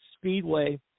Speedway